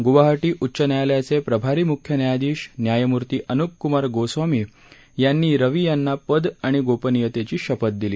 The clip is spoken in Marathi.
गुवाहटी उच्च न्यायालयाचे प्रभारी मुख्य न्यायाधिश न्यायमूर्ती अनुप कुमार गोस्वामी यांनी रवी यांना पद आणि गोपनीयतेची शपथ दिली